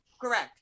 Correct